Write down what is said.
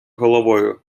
головою